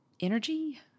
energy